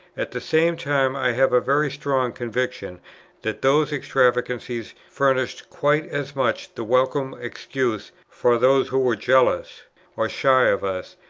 at the same time i have a very strong conviction that those extravagances furnished quite as much the welcome excuse for those who were jealous or shy of us,